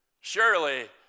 Surely